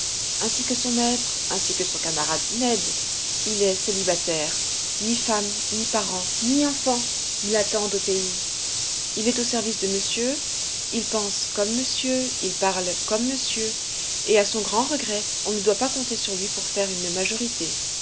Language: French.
ainsi que son maître ainsi que son camarade ned il est célibataire ni femme ni parents ni enfants ne l'attendent au pays il est au service de monsieur il pense comme monsieur il parle comme monsieur et à son grand regret on ne doit pas compter sur lui pour faire une majorité